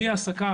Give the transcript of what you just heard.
מהעסקה